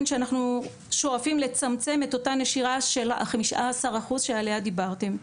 שאנחנו שואפים לצמצם את אותה נשירה של ה15% שעליה דיברתם.